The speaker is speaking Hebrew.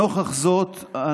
נוכח זאת,